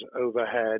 overhead